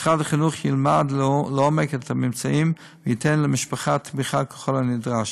משרד החינוך ילמד לעומק את הממצאים וייתן למשפחה תמיכה ככל הנדרש.